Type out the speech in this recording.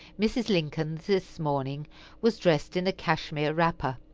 mrs. lincoln this morning was dressed in a cashmere wrapper,